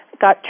got